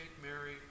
Mary